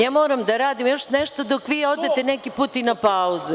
Ja moram da radim još nešto dok vi odete i na pauzu.